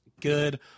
good